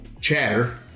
chatter